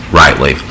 rightly